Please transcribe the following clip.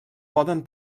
poden